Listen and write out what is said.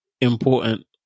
important